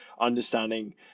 understanding